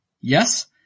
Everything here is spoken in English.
Yes